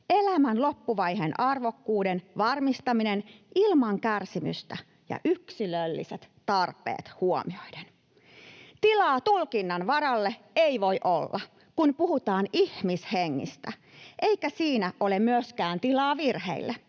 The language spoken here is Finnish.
elämän loppuvaiheen arvokkuuden varmistaminen ilman kärsimystä ja yksilölliset tarpeet huomioiden. Tilaa tulkinnanvaralle ei voi olla, kun puhutaan ihmishengistä, eikä siinä ole myöskään tilaa virheille,